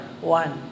one